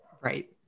Right